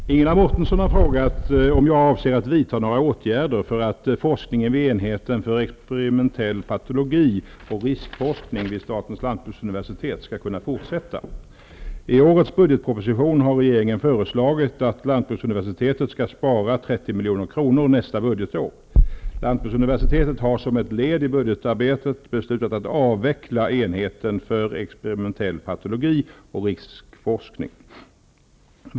Fru talman! Ingela Mårtensson har frågat om jag avser att vidta några åtgärder för att forskningen vid enheten för experimentell patologi och riskforskning vid Sveriges lantbruksuniversitet skall kunna fortsätta. I årets budgetpropsition har regeringen föreslagit att lantbruksuniversitetet skall spara 30 milj.kr. nästa budgetår. Lantbruksuniversitetet har som ett led i sitt budgetarbete beslutat att avveckla enheten för experimentell patologi och riskforskning.